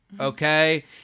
Okay